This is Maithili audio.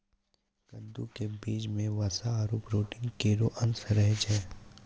कद्दू क बीजो म वसा आरु प्रोटीन केरो अंश रहै छै